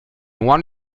one